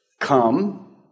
Come